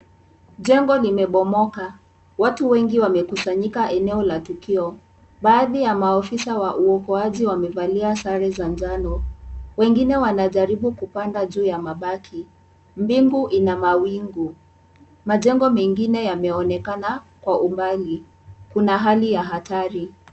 Jengo limebomoka. Watu wengi wame kusanyika eneo la tukio. Baadhi ya maafisa wa uokoaji wamevalia sare za njano. Wengine wanajaribu kupanda juu ya mabaki. Mbingu ina mawingu. Majengo mengine yameonekana kwa umbali. Kuna hali ya hatari.